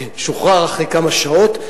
כן, שוחרר, שוחרר אחרי כמה שעות,